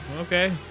okay